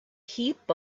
heap